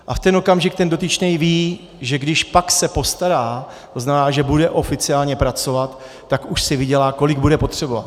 A v ten okamžik ten dotyčný ví, že když pak se postará, to znamená, že bude oficiálně pracovat, tak pak už si vydělá, kolik bude potřebovat.